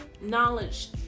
knowledge